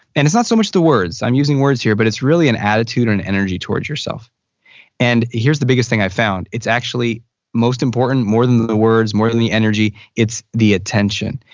and it's not so much the words. i'm using words here, but it's really an attitude and energy towards yourself and here's the biggest thing i found. it's actually most important more than the the words, more than the energy, it's the attention.